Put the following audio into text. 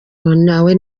nawe